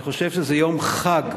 אני חושב שזה יום חג,